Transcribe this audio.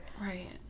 Right